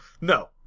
No